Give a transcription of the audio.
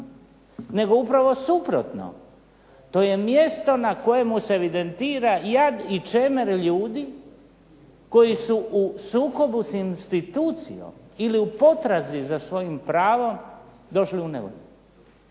nego upravo suprotno. To je mjesto na kojemu se evidentira jad i čemer ljudi koji su u sukobu sa institucijom ili u potrazi za svojim pravom došli u nevolju.